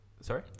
Sorry